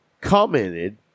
commented